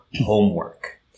homework